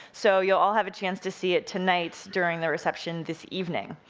so you'll all have a chance to see it tonight during the reception this evening.